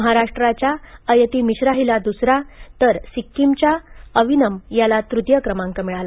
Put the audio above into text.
महाराष्ट्राच्या अयति मिश्रा हिला दुसरा तर सिक्कीमच्या अविनम याला तृतीय क्रमांक मिळाला